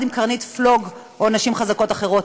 עם קרנית פלוג או נשים חזקות אחרות.